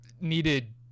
needed